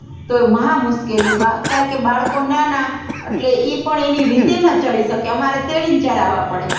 તો ય મહા મુશ્કેલીમાં કારણ કે બાળકો નાના એટલે એ પણ એની રીતે ન ચડી શકે અમારે તેડીને ચડાવવા પડે